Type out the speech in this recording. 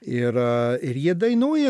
ir a ir jie dainuoja